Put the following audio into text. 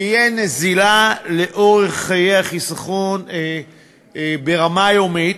תהיה נזילה לאורך חיי החיסכון ברמה יומית,